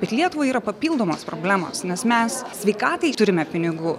bet lietuvai yra papildomos problemos nes mes sveikatai turime pinigų